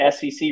SEC